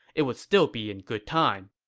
it would still be in good time.